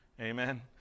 Amen